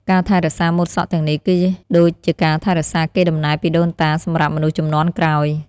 ការថែរក្សាម៉ូតសក់ទាំងនេះ គឺដូចជាការថែរក្សាកេរដំណែលពីដូនតាសម្រាប់មនុស្សជំនាន់ក្រោយ។